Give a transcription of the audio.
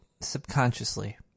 subconsciously